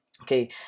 Okay